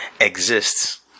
exists